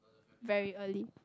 very early